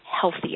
healthier